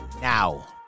now